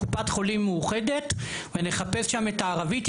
חולים מאוחדת ונחפש שם את הערבית,